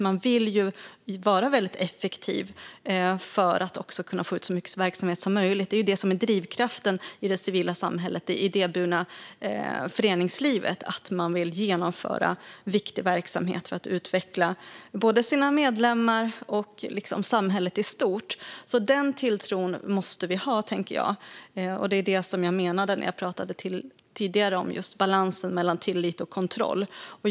Man vill ju vara väldigt effektiv för att kunna få ut så mycket verksamhet som möjligt; det är ju det som är drivkraften i det civila samhället och i det idéburna föreningslivet. Man vill genomföra viktig verksamhet för att utveckla både sina medlemmar och samhället i stort. Den tilltron måste vi ha, och det var det som jag menade när jag tidigare pratade om balansen mellan tillit och kontroll.